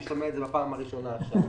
אני שומע עליו פעם ראשונה עכשיו.